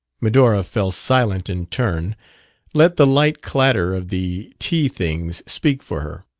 medora fell silent in turn let the light clatter of the tea things speak for her.